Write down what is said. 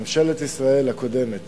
ממשלת ישראל הקודמת